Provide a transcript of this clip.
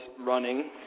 running